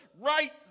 right